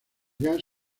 gas